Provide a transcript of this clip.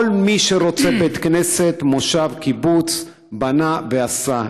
כל מי שרוצה בית כנסת במושב, בקיבוץ, בנה ועשה.